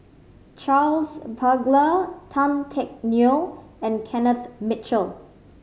Charles Paglar Tan Teck Neo and Kenneth Mitchell